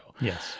Yes